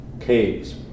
Caves